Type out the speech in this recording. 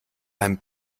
beim